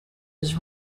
was